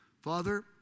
Father